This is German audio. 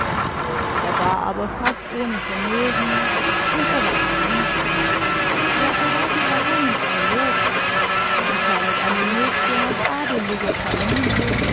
er war aber fast ohne vermögen und er war verliebt ja er war sogar heimlich verlobt und zwar mit einem mädchen aus adeliger familie